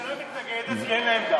הממשלה מתנגדת, כי אין לה עמדה.